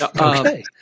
Okay